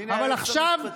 אבל עכשיו,